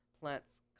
plants